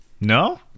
No